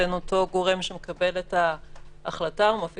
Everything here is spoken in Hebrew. בין אותו גורם שמקבל את ההחלטה ומפעיל